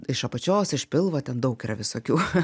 iš apačios iš pilvo ten daug yra visokių